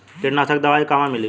कीटनाशक दवाई कहवा मिली?